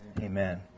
Amen